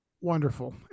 Wonderful